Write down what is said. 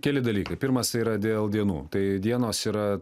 keli dalykai pirmas tai yra dėl dienų tai dienos yra